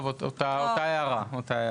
טוב, זוהי אותה ההערה.